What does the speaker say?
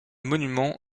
monuments